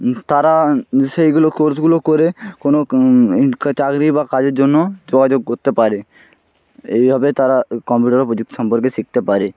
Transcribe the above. তারা সেইগুলো কোর্সগুলো করে কোনও চাকরি বা কাজের জন্য যোগাযোগ করতে পারে এইভাবে তারা কম্পিউটার প্রযুক্তি সম্পর্কে শিখতে পারে